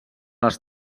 les